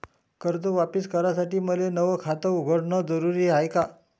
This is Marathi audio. कर्ज वापिस करासाठी मले नव खात उघडन जरुरी हाय का?